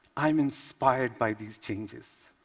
i'm inspired by these changes,